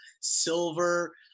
silver